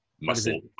muscle